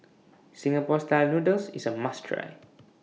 Singapore Style Noodles IS A must Try